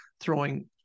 throwing